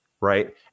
right